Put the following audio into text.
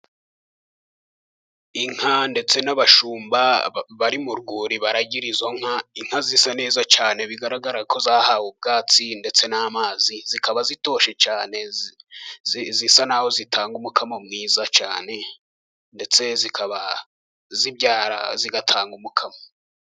Inka ndetse n'abashumba bari mu rwuri baragira izo nka, inka zisa neza cyane bigaragara ko zahawe ubwatsi ndetse n'amazi, zikaba zitoshye cyane zisa naho zitanga umukamo mwiza cyane ndetse zikaba zibyara zigatanga umukamo.